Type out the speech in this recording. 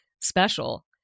special